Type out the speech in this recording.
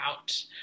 out